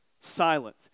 silent